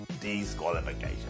disqualification